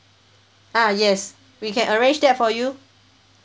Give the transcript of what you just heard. ah yes we can arrange that for you